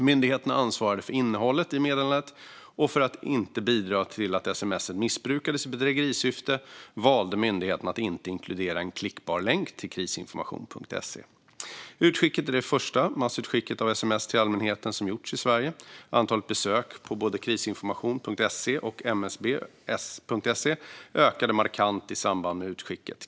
Myndigheterna ansvarade för innehållet i meddelandet, och för att inte bidra till att sms:et missbrukades i bedrägerisyfte valde myndigheterna att inte inkludera en klickbar länk till Krisinformation.se. Utskicket är det första massutskicket av sms till allmänheten som gjorts i Sverige. Antalet besök på både Krisinformation.se och msb.se ökade markant i samband med utskicket.